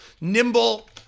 nimble